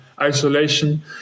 isolation